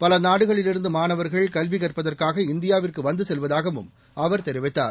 பல நாடுகளிலிருந்து மாணவர்கள் கல்வி கற்பதற்காக இந்தியாவிற்கு வந்து செல்வதாகவும் அவர் தெரிவித்தார்